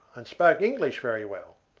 and spoke english very well.